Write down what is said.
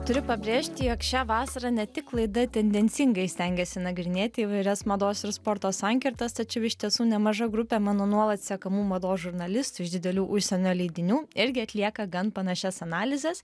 turiu pabrėžti jog šią vasarą ne tik laida tendencingai stengiasi nagrinėti įvairias mados ir sporto sankirtas tačiau iš tiesų nemaža grupė mano nuolat sekamų mados žurnalistų iš didelių užsienio leidinių irgi atlieka gan panašias analizes